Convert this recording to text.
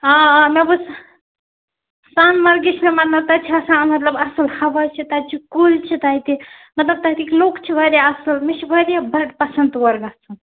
آ آ مےٚ بوٗز سۄنہٕ مرگہِ چھِ مطلب تَتہِ چھِ آسان مطلب اَصٕل ہَوا چھِ تَتہِ چھِ کُلۍ چھِ تَتہِ مطلب تَتیکۍ لوٗکھ چھِ وارِیاہ اَصٕل مےٚ چھِ وارِیا اَصٕل مےٚ چھُ وارِیاہ بَڈٕ پسنٛد تور گَژھُن